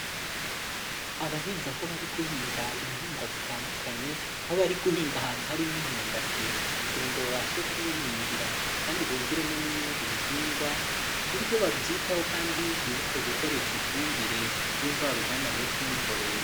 Abahinzi aho bari guhinga ibihingwa bitandukanye, aho bari guhinga ahantu harimo imyumbati, kugira ngo babashe kuyihingira kandi bongeremo n'ibindi bihingwa, ku buryo babyitaho kandi bibuke gukoresha ifumbire y'imvaruganda ndetse n'imborera.